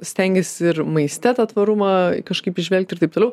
stengiesi ir maiste tą tvarumą kažkaip įžvelgti ir taip toliau